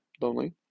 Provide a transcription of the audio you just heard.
lonely